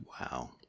Wow